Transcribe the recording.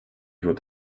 would